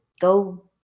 go